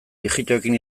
ijitoekin